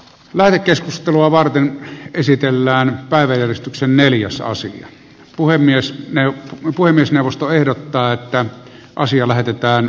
lähetekeskustelua varten ja käsitellään kaiveli se mielii osasi puhemies puhemiesneuvosto ehdottaa että asia lähetetään